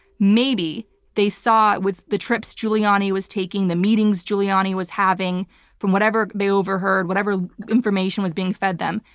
maybe they saw, with the trips giuliani was taking, the meetings giuliani was having from whatever they overheard, whatever information was being fed them,